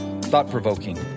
thought-provoking